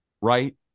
right